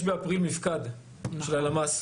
יש באפריל מפקד של הלמ"ס,